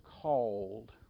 called